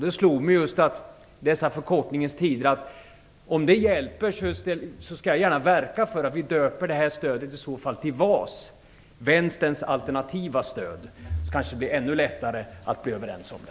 Det slog mig just att i dessa förkortningarnas tider skall jag gärna, om det hjälper, verka för att vi döper stödet till VAS, Vänsterns alternativa stöd. Då kanske det blir ännu lättare att bli överens om det.